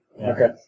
Okay